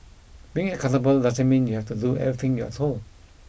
being accountable doesn't mean you have to do everything you're told